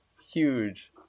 huge